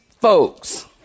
folks